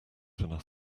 good